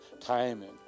timing